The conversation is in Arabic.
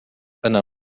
أنا